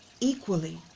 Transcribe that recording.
equally